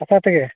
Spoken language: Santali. ᱟᱯᱮ ᱛᱮᱜᱮ